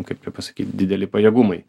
kaip čia pasakyt dideli pajėgumai